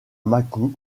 mâcon